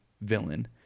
villain